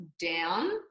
down